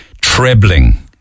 trebling